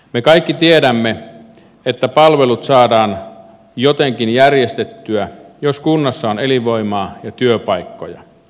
me kaikki tiedämme että palvelut saadaan jotenkin järjestettyä jos kunnassa on elinvoimaa ja työpaikkoja